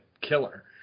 killer